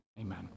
Amen